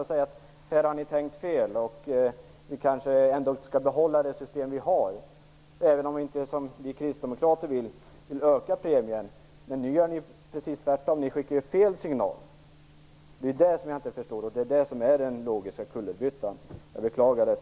Varför inte säga att man har tänkt fel, och att vi kanske ändå inte skall behålla detta system, även om regeringen inte i likhet med oss Kristdemokrater vill öka premien? Nu gör man precis tvärtom, och skickar fel signal. Det är det jag inte förstår, och det är det som är den logiska kullerbyttan. Jag beklagar det.